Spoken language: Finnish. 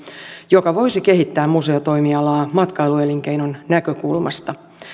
joka voisi kehittää museotoimialaa matkailuelinkeinon näkökulmasta